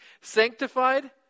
sanctified